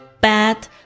bad